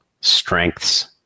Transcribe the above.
strengths